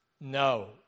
No